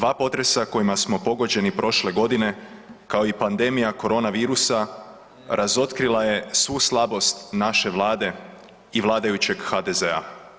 2 potresa kojima smo pogođeni prošle godine, kao i pandemija koronavirusa razotkrila je svu slabost naše Vlade i vladajućeg HDZ-a.